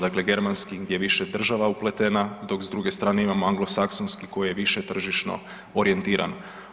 Dakle, germanski gdje je više država upletena, dok s druge strane imamo anglosaksonski koji je više tržišno orijentiran.